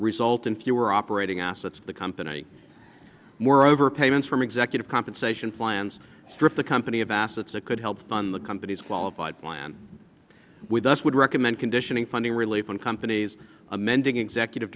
result in fewer operating assets for the company more over payments from executive compensation plans strip the company of assets that could help fund the company's qualified plan with us would recommend conditioning funding relief on companies amending executive